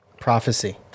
prophecy